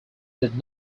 did